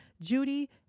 Judy